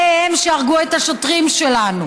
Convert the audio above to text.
הם אלה שהרגו את השוטרים שלנו